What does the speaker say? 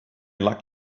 luck